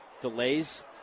Delays